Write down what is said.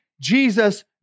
Jesus